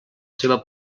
seva